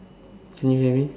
can you hear me